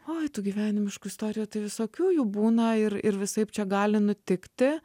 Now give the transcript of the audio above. oi tų gyvenimiškų istorijų tai visokių jų būna ir ir visaip čia gali nutikti